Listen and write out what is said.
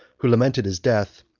who lamented his death,